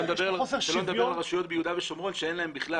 שלא לדבר על רשויות ביהודה ושומרון שאין להן בכלל.